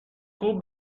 خوب